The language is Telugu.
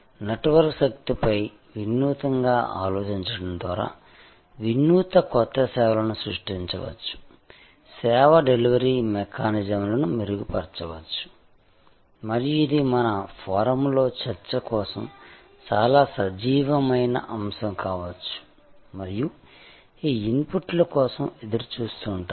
నెట్వర్క్ శక్తిపై వినూత్నంగా ఆలోచించడం ద్వారా వినూత్న కొత్త సేవలను సృష్టించవచ్చు సేవ డెలివరీ మెకానిజమ్లను మెరుగుపరచవచ్చు మరియు ఇది మన ఫోరమ్లో చర్చ కోసం చాలా సజీవమైన అంశం కావచ్చు మరియు మీ ఇన్పుట్ల కోసం ఎదురుచూస్తుంటాను